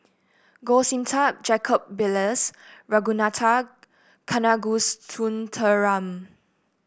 Goh Sin Tub Jacob Ballas Ragunathar Kanagasuntheram